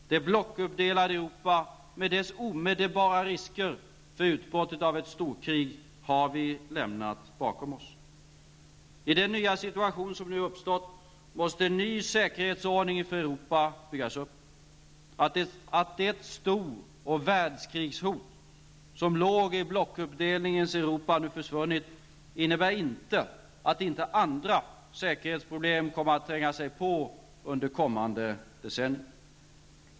Det blockuppdelade Europa, med dess omedelbara risker för utbrott av ett storkrig, har vi lämnat bakom oss. I den nya situation som nu uppstått måste en ny säkerhetsordning för Europa byggas upp. Att det stor och världskrigshot som låg i blockuppdelningens Europa nu försvunnit innebär inte att inte andra säkerhetsproblem kommer att tränga sig på under kommande decennier.